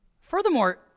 Furthermore